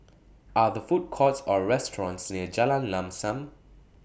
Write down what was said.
Are The Food Courts Or restaurants near Jalan Lam SAM